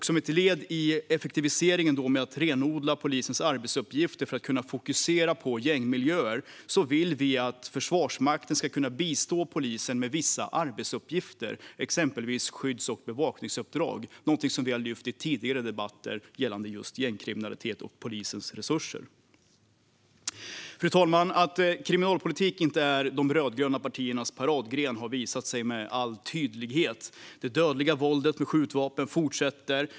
Som ett led i effektiviseringen med att renodla polisens arbetsuppgifter för att man ska kunna fokusera på gängmiljöer vill vi att Försvarsmakten ska kunna bistå polisen när det gäller vissa arbetsuppgifter, exempelvis skydds och bevakningsuppdrag. Detta är någonting som vi har lyft fram i tidigare debatter gällande just gängkriminalitet och polisens resurser. Fru talman! Att kriminalpolitik inte är de rödgröna partiernas paradgren har visat sig med all tydlighet. Det dödliga våldet med skjutvapen fortsätter.